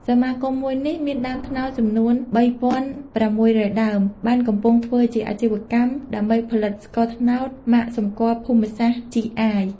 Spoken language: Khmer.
សមាគមមួយនេះ មានដើមត្នោតចំនួន៣៦០០ដើម បានកំពុងធ្វើជាជីវកម្មដើម្បីផលិតស្ករត្នោតម៉ាកសម្គាល់ភូមិសាស្រ្ត (GI)។